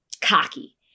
cocky